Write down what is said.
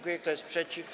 Kto jest przeciw?